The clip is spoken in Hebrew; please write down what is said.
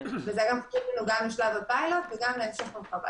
וזה --- גם לשלב הפיילוט וגם להמשך הרחבת